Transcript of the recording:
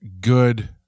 good